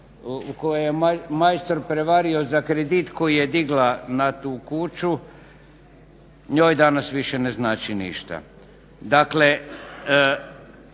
u kojoj je majstor prevario za kredit koji je digla na tu kuću njoj danas više ne znači ništa.